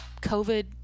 COVID